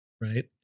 Right